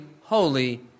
holy